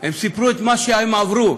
הם סיפרו את מה שהם עברו.